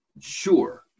sure